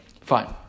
Fine